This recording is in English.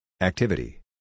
Activity